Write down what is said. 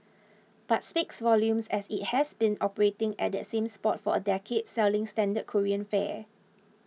but speaks volumes as it has been operating at that same spot for a decade selling standard Korean fare